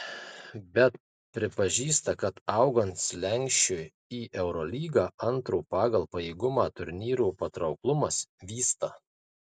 bet pripažįsta kad augant slenksčiui į eurolygą antro pagal pajėgumą turnyro patrauklumas vysta